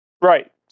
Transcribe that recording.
Right